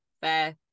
fair